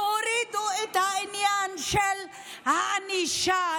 והורידו את העניין של הענישה,